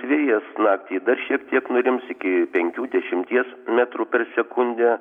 vėjas naktį dar šiek tiek nurims iki penkių dešimties metrų per sekundę